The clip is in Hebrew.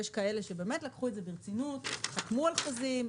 יש כאלה שלקחו את זה ברצינות: חתמו על חוזים,